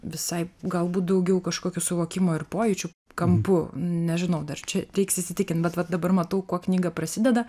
visai galbūt daugiau kažkokių suvokimo ir pojūčių kampu nežinau dar čia reiks įsitikint bet va dabar matau kuo knyga prasideda